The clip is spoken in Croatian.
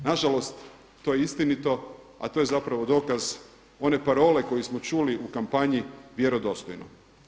Na žalost to je istinito, a to je zapravo dokaz one parole koju smo čuli u kampanji vjerodostojno.